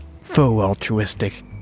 faux-altruistic